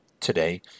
Today